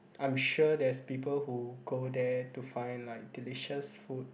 I'm sure there's people who go there to find like delicious food